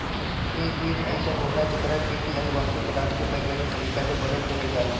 इ बीज अइसन होला जेकरा के की अनुवांशिक पदार्थ के वैज्ञानिक तरीका से बदल देहल जाला